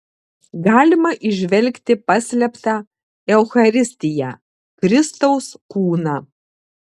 galima įžvelgti paslėptą eucharistiją kristaus kūną